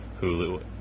Hulu